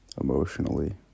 Emotionally